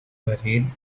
buried